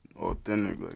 authentic